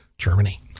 Germany